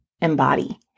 embody